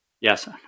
yes